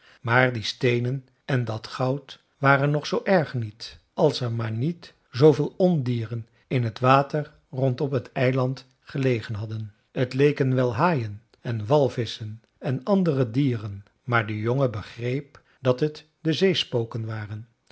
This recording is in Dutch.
maar die steenen en dat goud waren nog zoo erg niet als er maar niet zooveel ondieren in het water rondom het eiland gelegen hadden t leken wel haaien en walvisschen en andere dieren maar de jongen begreep dat het de zeespoken waren